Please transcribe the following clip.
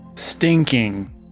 stinking